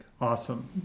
awesome